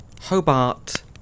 Hobart